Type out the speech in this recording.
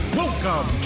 welcome